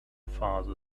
father